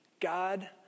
God